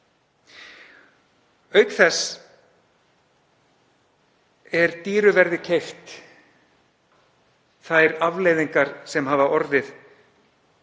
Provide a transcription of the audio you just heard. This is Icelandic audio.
Auk þess eru dýru verði keyptar þær afleiðingar sem hafa orðið